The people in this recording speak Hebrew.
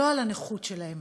לא על הנכות שלהם,